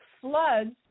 Floods